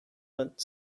but